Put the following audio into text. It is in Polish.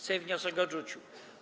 Sejm wniosek odrzucił.